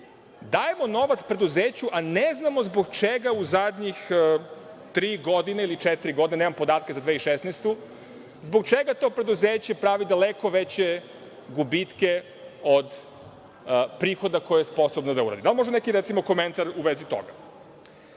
dajemo novac preduzeću, a ne znamo zbog čega u zadnje tri ili četiri godine, nemam podatke za 2016. godine, to preduzeće pravi daleko veće gubitke od prihoda koji je sposobna da uradi. Da li može neki, recimo, komentar u vezi toga? Druga